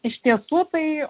iš ties tuo tai